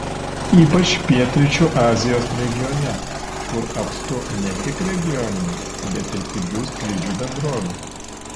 ypač pietryčių azijos regione kur apstu ne tik regioninių bet ir pigių skrydžių bendrovių